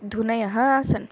धुनयः आसन्